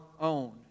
own